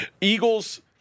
Eagles